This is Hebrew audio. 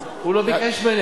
הוא לא ביקש ממני,